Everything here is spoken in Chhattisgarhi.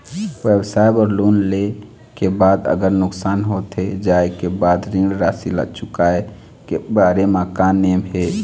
व्यवसाय बर लोन ले के बाद अगर नुकसान होथे जाय के बाद ऋण राशि ला चुकाए के बारे म का नेम हे?